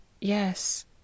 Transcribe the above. Yes